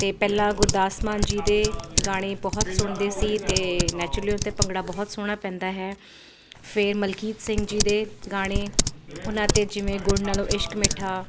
ਤੇ ਪਹਿਲਾਂ ਗੁਰਦਾਸ ਮਾਨ ਜੀ ਦੇ ਗਾਣੇ ਬਹੁਤ ਸੁਣਦੇ ਸੀ ਤੇ ਨੈਚੁਰਲੀ ਉਤੇ ਭੰਗੜਾ ਬਹੁਤ ਸੋਹਣਾ ਪੈਂਦਾ ਹੈ ਫੇਰ ਮਲਕੀਤ ਸਿੰਘ ਜੀ ਦੇ ਗਾਣੇ ਉਹਨਾਂ ਤੇ ਜਿਵੇਂ ਗੁਡ ਨਾਲੋਂ ਇਸ਼ਕ ਮਿੱਠਾ